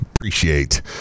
appreciate